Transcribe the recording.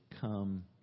come